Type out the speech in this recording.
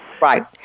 Right